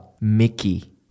mickey